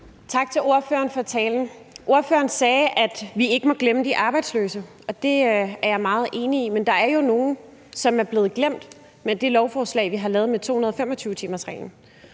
Tak til ordføreren for talen. Ordføreren sagde, at vi ikke må glemme de arbejdsløse, og det er jeg meget enig i. Men der er jo nogle, som er blevet glemt med det lovforslag, vi har lavet om 225-timersreglen,